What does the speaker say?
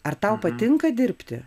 ar tau patinka dirbti